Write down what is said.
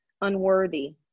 unworthy